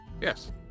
yes